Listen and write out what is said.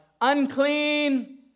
unclean